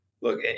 Look